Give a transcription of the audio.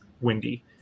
windy